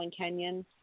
Kenyon